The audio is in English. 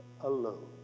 alone